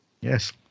Yes